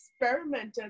experimented